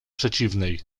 przeciwnej